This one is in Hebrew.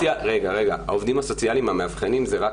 העובדים הסוציאליים המאבחנים זה רק